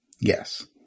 Yes